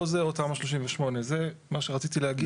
או זה או תמ"א 38. זה מה שרציתי להגיד.